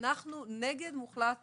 שאתם באופן מוחלט